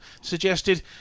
suggested